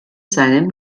seinem